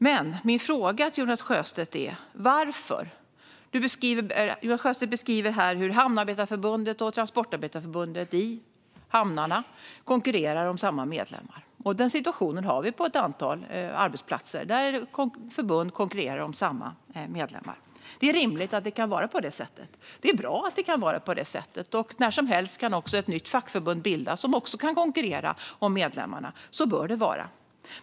Men jag har en fråga till Jonas Sjöstedt. Han beskriver hur Hamnarbetarförbundet och Transportarbetareförbundet i hamnarna konkurrerar om samma medlemmar. En sådan situation finns på ett antal arbetsplatser. Olika förbund konkurrerar om samma medlemmar. Det är rimligt och bra att det kan vara på det sättet. När som helst kan dessutom ett nytt fackförbund bildas, som också kan konkurrera om medlemmarna. Så bör det vara.